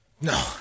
No